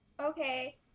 Okay